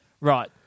Right